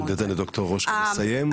בוא ניתן רק לדוקטור רושקה לסיים.